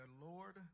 Lord